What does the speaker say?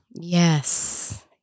Yes